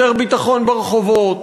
יותר ביטחון ברחובות.